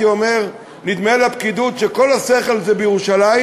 הייתי אומר: נדמה לפקידות שכל השכל בירושלים,